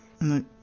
No